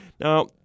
Now